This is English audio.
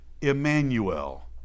Emmanuel